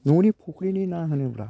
न'नि फख्रिनि ना होनोब्ला